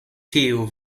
tiu